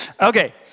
Okay